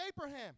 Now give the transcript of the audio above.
Abraham